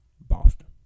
Boston